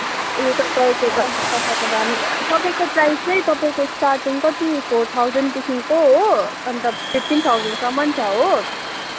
ए तपाईँको दस बर्षको नानी तपाईँको प्राइस नै तपाईँको स्टार्टिङ कति फोर थाउज्यान्डदेखिन्को हो अनि त फिफ्टिन थाउज्यान्डसम्मन् छ हो